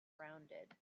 rounded